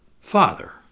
Father